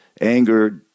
anger